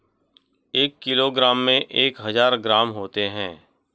एक किलोग्राम में एक हज़ार ग्राम होते हैं